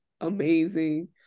amazing